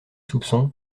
soupçons